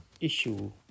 issue